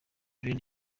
ryan